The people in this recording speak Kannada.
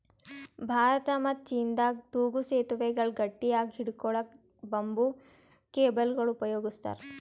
ಭಾರತ ಮತ್ತ್ ಚೀನಾದಾಗ್ ತೂಗೂ ಸೆತುವೆಗಳ್ ಗಟ್ಟಿಯಾಗ್ ಹಿಡ್ಕೊಳಕ್ಕ್ ಬಂಬೂ ಕೇಬಲ್ಗೊಳ್ ಉಪಯೋಗಸ್ತಾರ್